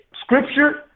scripture